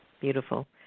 Beautiful